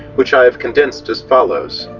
which i have condensed as follows